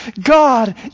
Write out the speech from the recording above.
God